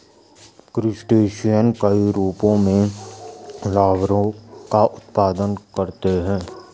crustacean कई रूपों में लार्वा का उत्पादन करते हैं